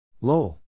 Lol